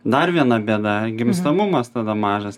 dar viena bėda gimstamumas tada mažas